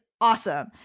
awesome